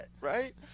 right